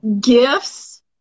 Gifts